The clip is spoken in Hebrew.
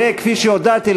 וכפי שהודעתי,